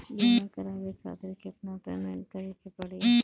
बीमा करावे खातिर केतना पेमेंट करे के पड़ी?